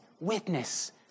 witness